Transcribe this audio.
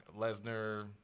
lesnar